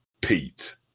Pete